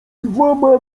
dwoma